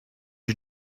you